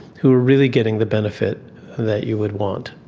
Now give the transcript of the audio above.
who are really getting the benefit that you would want.